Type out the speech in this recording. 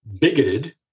bigoted